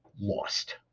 lost